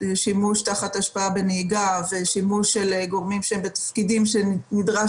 והשפעה של כל אחד מהמודלים האפשריים על הנקודות